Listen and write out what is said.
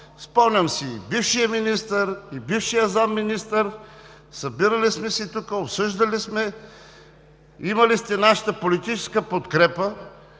Спомням си и бившия министър, и бившия заместник-министър, събирали сме се тук, обсъждали сме, имали сте нашата политическа подкрепа